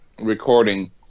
recording